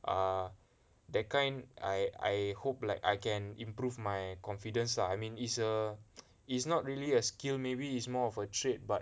err that kind I I hope like I can improve my confidence lah I mean is err it's not really a skill maybe is more of a trait but